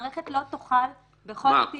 המערכת לא תוכל בכל תיק כזה --- כל